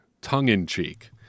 tongue-in-cheek